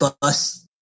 bus